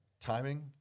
timing